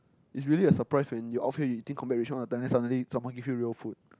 is really a surprise when you outfield you eating combat ration when suddenly someone give you real food